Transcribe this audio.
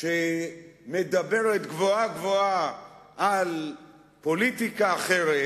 שמדברת גבוהה-גבוהה על פוליטיקה אחרת,